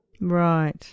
Right